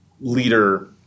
leader